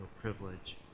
privilege